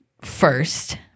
first